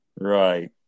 right